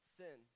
sin